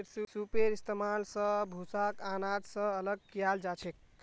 सूपेर इस्तेमाल स भूसाक आनाज स अलग कियाल जाछेक